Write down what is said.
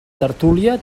tertúlia